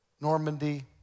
Normandy